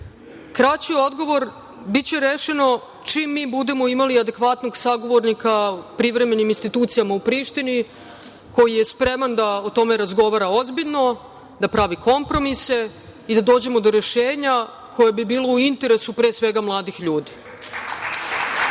Kraći odgovor – biće rešeno čim mi budemo imali adekvatnog sagovornika u privremenim institucijama u Prištini, a koji je spreman da o tome razgovara ozbiljno, da pravi kompromise i da dođemo do rešenja koje bi bilo u interesu mladih ljudi. Daću